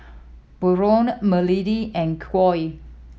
Barron Marilee and Coy